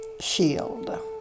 shield